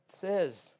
says